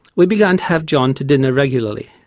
we began to have john to dinner regularly.